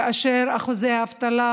כאשר אחוזי האבטלה